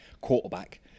quarterback